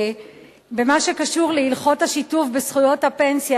לכך שבמה שקשור להלכות השיתוף בזכויות הפנסיה,